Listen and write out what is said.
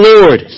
Lord